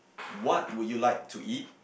what would you like to eat